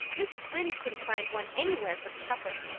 mrs. lynde couldn't find one anywhere for the supper.